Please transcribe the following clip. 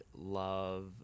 love